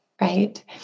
right